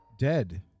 dead